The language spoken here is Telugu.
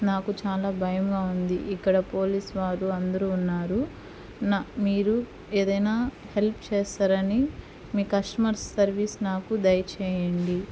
నాకు చాలా భయంగా ఉంది ఇక్కడ పోలీస్ వారు అందరూ ఉన్నారు న మీరు ఏదైనా హెల్ప్ చేస్తారని మీ కస్టమర్ సర్వీస్ నాకు దయ చేయండి